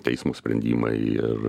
teismo sprendimai ir ir viskas